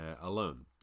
alone